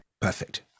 Perfect